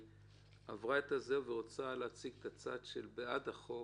שעברה את זה ורוצה להציג את הצד של בעד החוק,